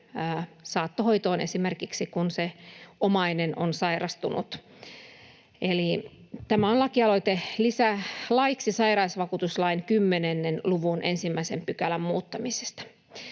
saattohoitoon esimerkiksi, kun omainen on sairastunut. Eli tämä on lakialoite lisälaiksi sairausvakuutuslain 10 luvun 1 §:n muuttamisesta.